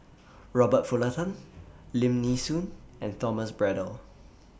Robert Lim Nee Soon and Thomas Braddell